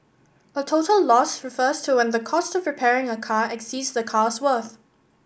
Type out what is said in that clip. a total loss refers to when the cost of repairing a car exceeds the car's worth